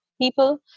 people